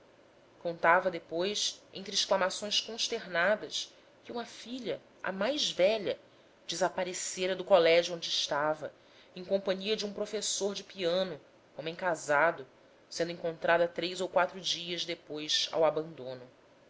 contava depois entre exclamações consternadas que uma filha a mais velha desaparecera do colégio onde estava em companhia de um professor de piano homem casado sendo encontrada três ou quatro dias depois ao abandono